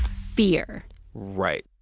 fear right.